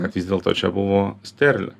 kad vis dėlto čia buvo sterlė